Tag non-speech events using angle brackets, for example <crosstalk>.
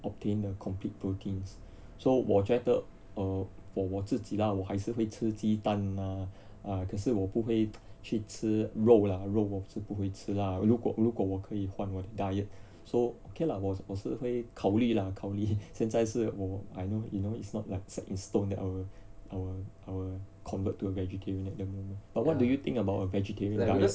obtain err complete proteins so 我觉得 uh for 我自己啦我还是会吃鸡蛋啊可是我不会 <noise> 去吃肉啦肉我是不会吃啦如果如果我可以换我的 diet so okay lah 我我是会考虑啦考虑现在是我 I know you know it's not like set in stone that I will I will I will convert to a vegetarian at the moment but what do you think about uh vegetarian guys